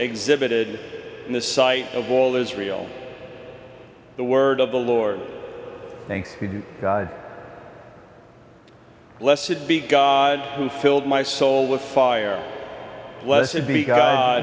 exhibited in the sight of all israel the word of the lord thank god lest it be god who filled my soul with fire was to be